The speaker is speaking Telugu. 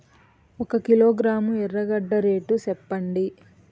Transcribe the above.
ఒక కిలోగ్రాము ఎర్రగడ్డ రేటు సెప్పండి?